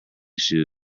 shoes